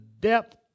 depth